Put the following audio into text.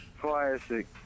classic